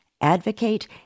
advocate